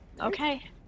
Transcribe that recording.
Okay